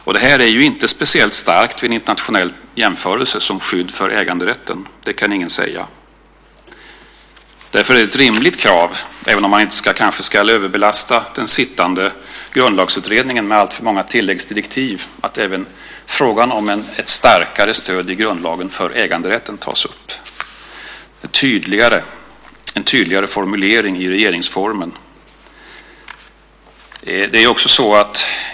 Vid en internationell jämförelse är det ju inte speciellt starkt som skydd för äganderätten. Det kan ingen säga. Även om man inte ska överbelasta den sittande Grundlagsutredningen med alltför många tilläggsdirektiv är det ett rimligt krav att frågan om ett starkare stöd för äganderätten i grundlagen tas upp för en tydligare formulering i regeringsformen.